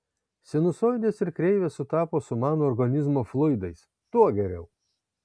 sinusoidės ir kreivės sutapo su mano organizmo fluidais tuo geriau